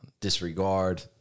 Disregard